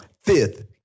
fifth